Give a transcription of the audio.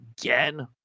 again